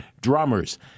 drummers